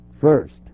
first